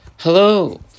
Hello